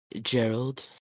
Gerald